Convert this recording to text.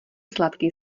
sladký